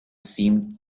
seemed